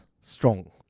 strong